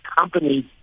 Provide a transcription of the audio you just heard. companies